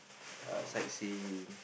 uh sightseeing